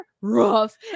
rough